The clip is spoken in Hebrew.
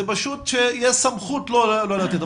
זה פשוט שיש סמכות לא לתת.